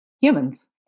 Humans